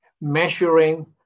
measuring